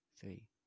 three